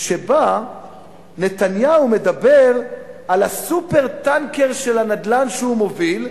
שבה נתניהו מדבר על ה"סופר-טנקר" של הנדל"ן שהוא מוביל,